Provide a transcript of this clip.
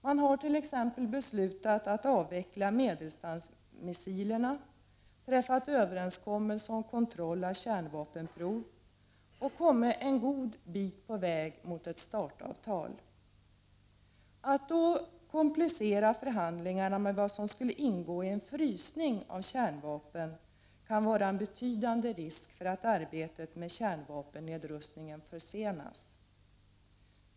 Man har t.ex. beslutat att avveckla medeldistansmissilerna, träffat överenskommelse om kontroll av kärnvapenprov och kommit en god bit på väg mot ett START avtal. Att då komplicera förhandlingarna med vad som skulle ingå i en frysning av kärnvapen kan vara en betydande risk för att arbetet med kärnvapennedrustningen försenas.